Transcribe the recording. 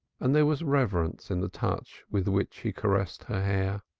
and there was reverence in the touch with which he caressed her hair.